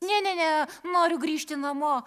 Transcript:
ne ne ne noriu grįžti namo